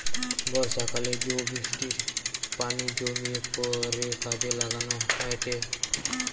বর্ষাকালে জো বৃষ্টির পানি জমিয়ে পরে কাজে লাগানো হয়েটে